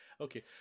Okay